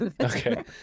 okay